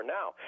now